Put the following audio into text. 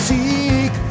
Seek